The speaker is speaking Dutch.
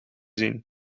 zien